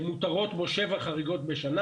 שמותרות בו 7 חריגות בשנה.